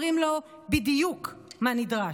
אומרים לו בדיוק מה נדרש.